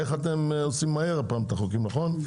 אתם הפעם עושים מהר את החוקים, נכון?